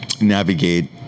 navigate